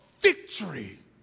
victory